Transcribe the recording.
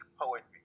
Poetry